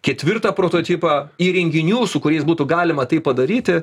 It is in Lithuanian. ketvirtą prototipą įrenginių su kuriais būtų galima tai padaryti